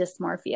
dysmorphia